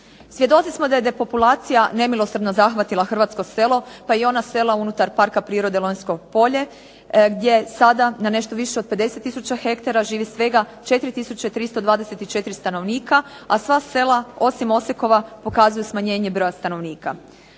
Svjedoci smo da je depopulacija nemilosrdno zahvatila hrvatsko selo pa i ona sela unutar Parka prirode Lonjsko polje gdje sada na nešto više od 50 tisuća hektara živi svega 4324 stanovnika, a sva sela osim Osekova pokazuju smanjenje broja stanovnika.